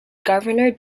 governor